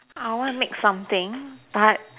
I want to make something but